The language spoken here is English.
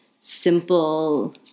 simple